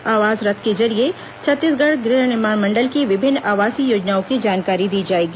आवास रथ के जरिए छत्तीसगढ़ गृह निर्माण मंडल की विभिन्न आवासीय योजनाओं की जानकारी दी जाएगी